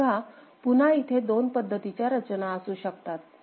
तर बघा पुन्हा इथे दोन पद्धतीच्या रचना असू शकतात